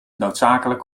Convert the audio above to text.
noodzakelijk